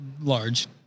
large